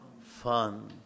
Fun